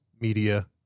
media